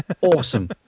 awesome